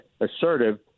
assertive